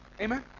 Amen